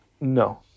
No